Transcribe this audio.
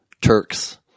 Turks